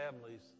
families